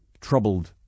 troubled